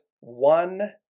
one